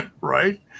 right